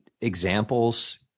examples